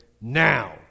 now